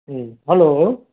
A hello